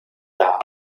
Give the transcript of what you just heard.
dar